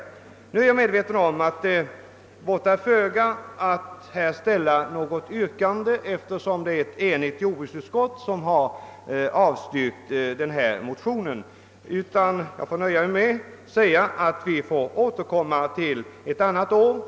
Jag är medveten om att det båtar föga att ställa något bifallsyrkande, eftersom ett enhälligt jordbruksutskott avstyrkt motionerna. Jag får nu nöja mig med att säga att vi skall återkomma ett annat år.